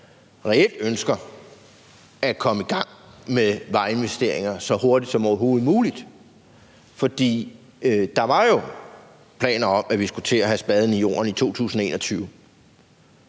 reelt ønsker at komme i gang med vejinvesteringer så hurtigt som overhovedet muligt, for der var jo planer om, at vi skulle til at have spaden i jorden i 2021.